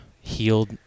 healed